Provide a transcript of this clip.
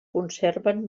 conserven